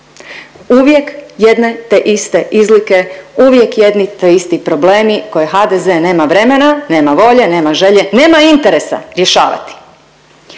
uvijek jedne te iste izlike, uvijek jedni te isti problemi koje HDZ nema vremena, nema volje, nema želje, nema interesa rješavati.